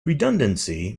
redundancy